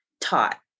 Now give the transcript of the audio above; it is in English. taught